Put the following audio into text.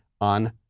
on